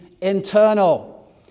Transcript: internal